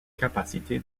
capacité